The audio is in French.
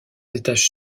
étages